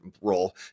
role